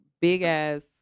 big-ass